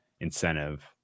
incentive